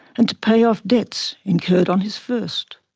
and to pay off debts incurred on his first.